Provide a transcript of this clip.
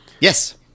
Yes